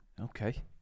Okay